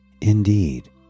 Indeed